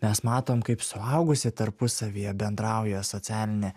mes matom kaip suaugusi tarpusavyje bendrauja socialinė